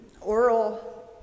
Oral